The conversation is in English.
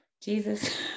Jesus